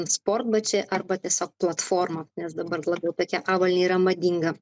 sportbačiai arba tiesiog platforma nes dabar labiau tokia avalynė yra madinga